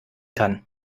kann